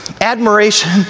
admiration